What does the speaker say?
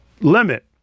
limit